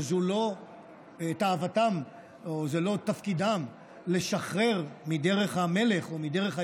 שזו לא תאוותם או זה לא תפקידם לשחרר מדרך המלך או מדרך הישר,